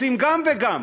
רוצים גם וגם.